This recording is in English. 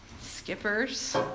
Skippers